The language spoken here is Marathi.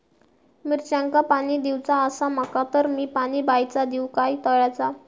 मिरचांका पाणी दिवचा आसा माका तर मी पाणी बायचा दिव काय तळ्याचा?